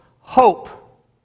hope